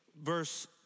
verse